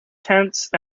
tense